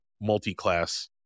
multi-class